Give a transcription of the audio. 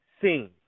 seen